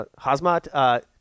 Hazmat